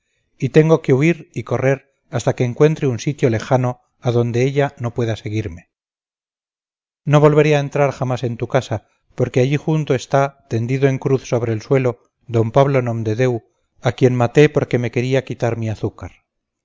y tengo que huir y correr hasta que encuentre un sitio lejano a donde ella no pueda seguirme no volveré a entrar jamás en tu casa porque allí junto está tendido en cruz sobre el suelo d pablo nomdedeu a quien maté porque me quería quitar mi azúcar